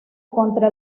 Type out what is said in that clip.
contra